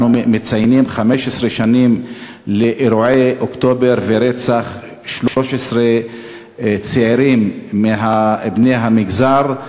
ואנחנו מציינים 15 שנים לאירועי אוקטובר ולרצח 13 צעירים בני המגזר,